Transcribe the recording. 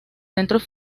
centros